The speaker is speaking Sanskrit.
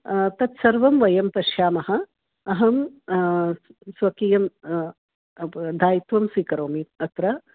तत्सर्वं वयं पश्यामः अहं स्वकीयं दायित्वं स्वीकरोमि अत्र